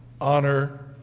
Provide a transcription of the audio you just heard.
Honor